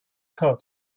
kaut